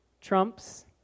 trumps